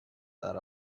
that